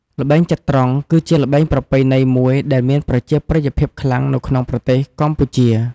ល្បែងចត្រង្គ គឺជាល្បែងប្រពៃណីមួយដែលមានប្រជាប្រិយភាពខ្លាំងនៅក្នុងប្រទេសកម្ពុជា។